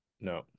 no